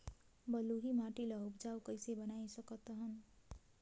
बलुही माटी ल उपजाऊ कइसे बनाय सकत हन?